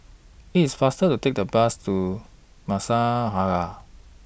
IT IS faster to Take The Bus to Masjid An Nahdhah